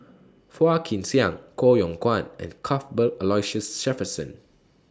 Phua Kin Siang Koh Yong Guan and Cuthbert Aloysius Shepherdson